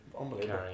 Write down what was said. unbelievable